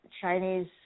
Chinese